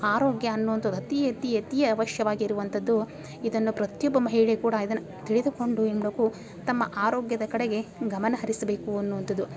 ಆರೋಗ್ಯ ಅನ್ನುವಂಥದ್ ಅತಿ ಅತಿ ಅತಿ ಅವಶ್ಯವಾಗಿ ಇರುವಂಥದ್ದು ಇದನ್ನು ಪ್ರತಿಯೊಬ್ಬ ಮಹಿಳೆ ಕೂಡ ಇದನ್ನ ತಿಳಿದುಕೊಂಡು ಏನು ಮಾಡಬೇಕು ತಮ್ಮ ಆರೋಗ್ಯದ ಕಡೆಗೆ ಗಮನ ಹರಿಸಬೇಕು ಅನ್ನೋವಂಥದು